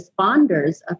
responders